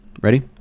ready